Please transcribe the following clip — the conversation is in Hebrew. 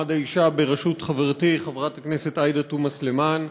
למעמד האישה בראשות חברתי חברת הכנסת עאידה תומא סלימאן.